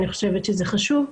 אני חושבת שזה חשוב.